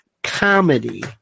comedy